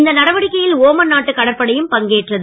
இந்த நடவடிக்கையில் ஓமன் நாட்டு கடற்படையும் பங்கேற்றது